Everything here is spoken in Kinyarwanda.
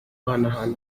guhanahana